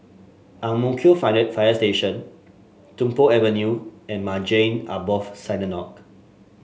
Ang Mo Kio Fire Station Tung Po Avenue and Maghain Aboth Synagogue